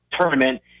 tournament